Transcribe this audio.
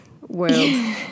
world